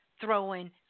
throwing